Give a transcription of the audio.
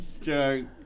joke